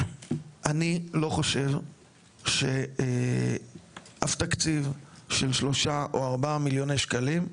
אני לא חושב שאף תקציב של שלושה או ארבעה מיליוני שקלים,